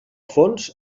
fons